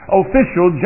official